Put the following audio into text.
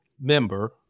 member